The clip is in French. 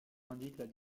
indiquent